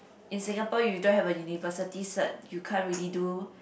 in Singapore you don't have a university cert you can't really do